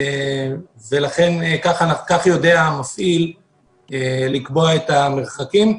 כך יודע המפעיל לקבוע את המרחקים.